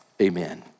amen